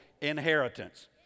inheritance